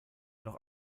noch